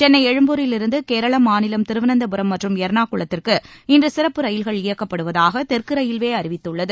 சென்னை எழும்பூரிலிருந்து கேரள மாநிலம் திருவனந்தபுரம் மற்றும் எர்ணாகுளத்திற்கு இன்று சிறப்பு ரயில்கள் இயக்கப்படுவதாக தெற்கு ரயில்வே அறிவித்துள்ளது